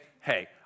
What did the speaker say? hey